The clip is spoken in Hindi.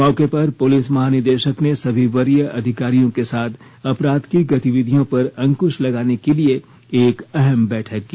मौके पर पुलिस महानिदेशक ने सभी वरीय अधिकारियों के साथ अपराध की गतिविधियों पर अंक्श लगाने के लिए एक अहम बैठक की